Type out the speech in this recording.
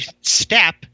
step